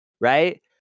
right